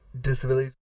disabilities